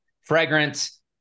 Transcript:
fragrance